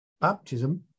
baptism